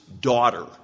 daughter